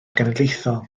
genedlaethol